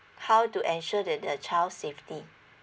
how to ensure that the child safety